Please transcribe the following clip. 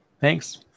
Thanks